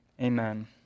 Amen